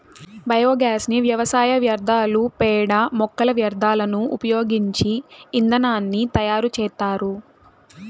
biogas ని వ్యవసాయ వ్యర్థాలు, పేడ, మొక్కల వ్యర్థాలను ఉపయోగించి ఇంధనాన్ని తయారు చేత్తారు